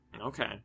Okay